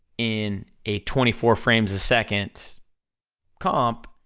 in a twenty four frames a second comp,